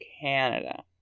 Canada